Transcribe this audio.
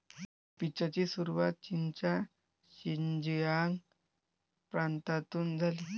पीचची सुरुवात चीनच्या शिनजियांग प्रांतातून झाली